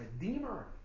redeemer